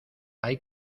hay